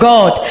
God